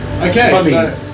Okay